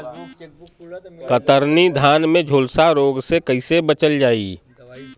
कतरनी धान में झुलसा रोग से कइसे बचल जाई?